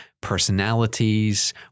personalities